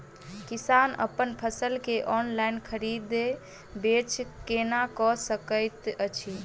किसान अप्पन फसल केँ ऑनलाइन खरीदै बेच केना कऽ सकैत अछि?